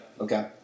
Okay